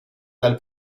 dal